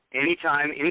Anytime